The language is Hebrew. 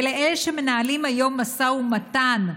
ולאלה שמנהלים היום משא ומתן,